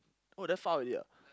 oh that far already ah